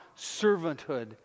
servanthood